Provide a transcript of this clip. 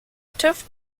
tüv